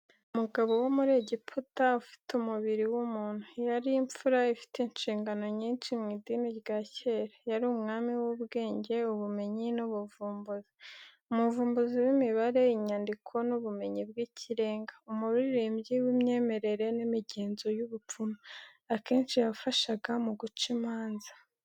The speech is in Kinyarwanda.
Umugabo wo muri Egiputa ufite umubiri w’umuntu. Yari imfura ifite inshingano nyinshi mu idini rya kera yari umwami w’ubwenge, ubumenyi, n’ubuvumbuzi. Umuvumbuzi w’imibare, inyandiko, n’ubumenyi bw’ikirenga. Umuririmbyi w’imyemerere n’imigenzo y’ubupfumu. Akenshi yafashaga mu guca imanza.